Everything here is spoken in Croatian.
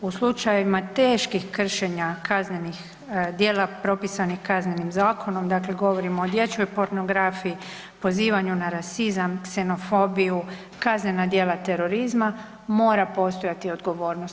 U slučajevima teških kršenja kaznenih djela propisanih Kaznenim zakonom, dakle govorimo o dječjoj pornografiji, pozivanju na rasizam, ksenofobiju, kaznena djela terorizma, mora postojati odgovornost.